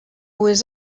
was